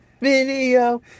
video